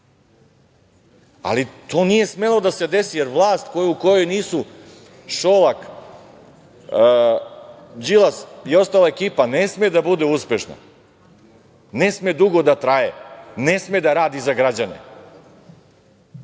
ali to nije smelo da se desi, jer vlast u kojoj nisu Šolak, Đilas i ostala ekipa ne sme da bude uspešna, ne sme dugo da traje, ne sme da radi za građane.